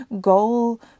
goal